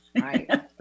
right